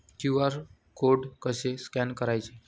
QR code कसे scan करायचे?